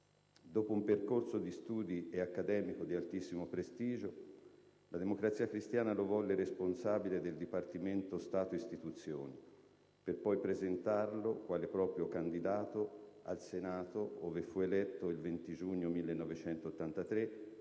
Dopo un percorso di studi e accademico di altissimo prestigio, la Democrazia Cristiana lo volle responsabile del Dipartimento "Stato-Istituzioni" per poi presentarlo, quale proprio candidato, al Senato, ove fu eletto il 20 giugno 1983